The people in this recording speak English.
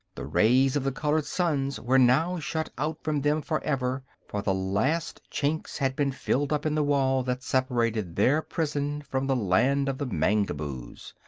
the rays of the colored suns were now shut out from them forever, for the last chinks had been filled up in the wall that separated their prison from the land of the mangaboos.